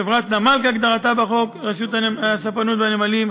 חברת נמל כהגדרתה בחוק רשות הספנות והנמלים,